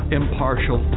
impartial